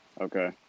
Okay